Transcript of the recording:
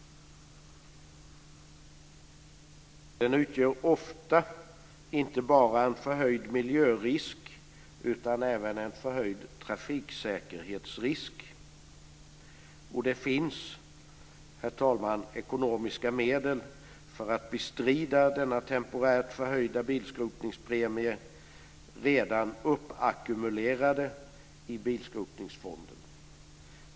Den utgör ofta, inte bara en förhöjd miljörisk utan även en förhöjd trafiksäkerhetsrisk. Det finns ekonomiska medel för att bestrida denna temporärt förhöjda bilskrotningspremie redan uppackumulerade i bilskrotningsfonden.